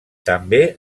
també